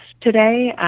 today